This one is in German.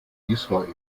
israel